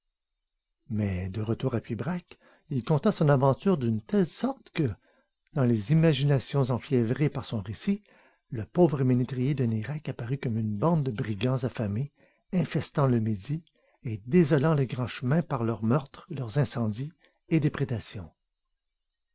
mais de retour à pibrac il conta son aventure d'une telle sorte que dans les imaginations enfiévrées par son récit le pauvre ménétrier de nayrac apparut comme une bande de brigands affamés infestant le midi et désolant le grand chemin par leurs meurtres leurs incendies et déprédations